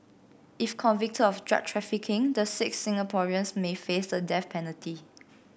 if convicted of drug trafficking the six Singaporeans may face the death penalty